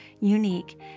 unique